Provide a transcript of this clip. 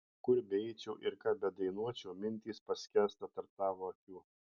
kur beeičiau ir ką bedainuočiau mintys paskęsta tarp tavo akių